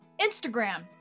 Instagram